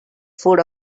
food